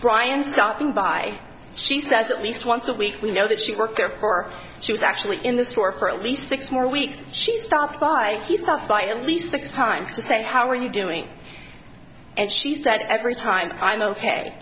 brian stopping by she says at least once a week we know that she worked for her she was actually in the store for at least six more weeks she stopped by he stopped by a least six times to say how are you doing and she said every time i'm ok